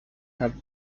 have